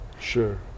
sure